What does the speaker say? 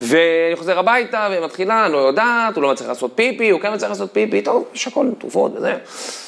וחוזר הביתה ומתחילה, אני לא יודעת, הוא לא מצליח לעשות פיפי, הוא כן מצליח לעשות פיפי, טוב, יש הכל תרופות וזה.